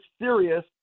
serious